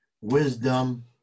wisdom